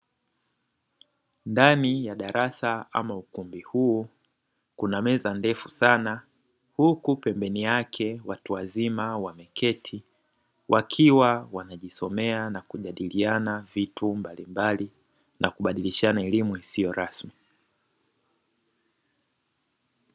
Ndani ya darasa ama ukumbi huu kuna meza ndefu sana, huku pembeni yake watu wazima wameketi wakiwa wanajisomea na kujadiliana vitu mbalimbali na kubadilishana elimu isiyo rasmi.